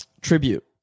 Tribute